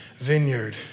vineyard